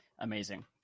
Amazing